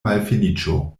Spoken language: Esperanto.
malfeliĉo